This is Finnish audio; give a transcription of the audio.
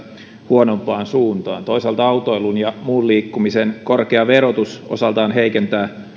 huonompaan suuntaan toisaalta autoilun ja muun liikkumisen korkea verotus osaltaan heikentää